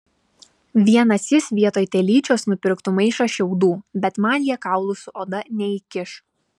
vienas jis vietoj telyčios nupirktų maišą šiaudų bet man jie kaulų su oda neįkiš